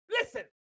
Listen